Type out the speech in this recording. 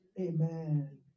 Amen